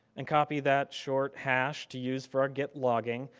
and copy that short hash to use for a git logging.